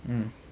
mm